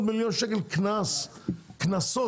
רק הסיפור הזה של השינוע עולה 400,000,000 ₪ רק מקנסות,